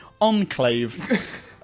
Enclave